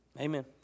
amen